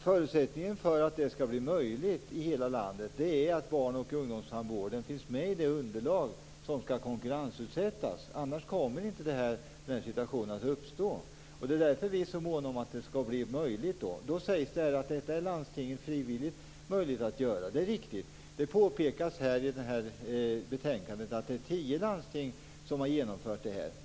Förutsättningen för att det skall bli möjligt i hela landet är att barn och ungdomstandvården finns med i det underlag som skall konkurrensutsättas. Annars kommer inte den här situationen att uppstå. Det är därför vi är så måna om att detta skall bli möjligt. Då sägs här att det är möjligt för landstingen att införa detta på frivillig väg. Det är riktigt. Det påpekas i betänkandet att tio landsting har infört detta.